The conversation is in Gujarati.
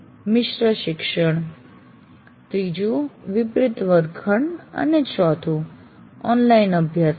મિશ્ર શિક્ષણ વિપરીત વર્ગખંડ અને ઓનલાઇન અભ્યાસક્રમ